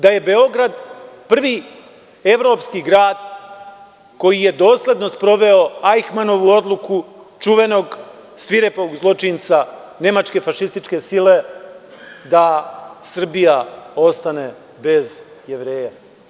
Da je Beograd prvi evropski grad koji je dosledno sproveo Ajhmanovu odluku, čuvenog, svirepog zločinca nemačke fašističke sile da Srbija ostane bez Jevreja.